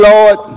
Lord